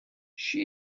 she